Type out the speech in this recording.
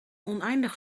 oneindig